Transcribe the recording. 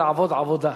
לעבֹד עבֹדה".